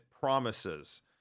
promises